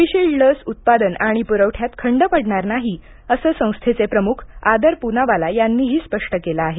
Covishield लस उत्पादन आणि प्रवठ्यात खंड पडणार नाही असं संस्थेचे प्रमुख आदर पूनावाला यांनीही स्पष्ट केलं आहे